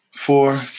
Four